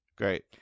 Great